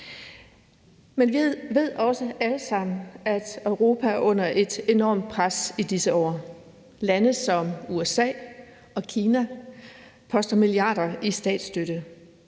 Men vi ved også alle sammen, at Europa er under et enormt pres i disse år. Lande som USA og Kina poster milliarder i statsstøtte.